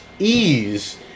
ease